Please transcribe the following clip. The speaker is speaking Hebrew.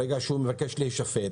ברגע שהוא מבקש להישפט,